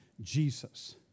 Jesus